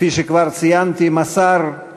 כפי שכבר ציינתי, מסר את